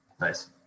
Nice